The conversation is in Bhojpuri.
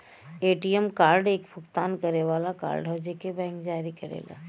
ए.टी.एम कार्ड एक भुगतान करे वाला कार्ड हौ जेके बैंक जारी करेला